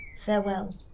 Farewell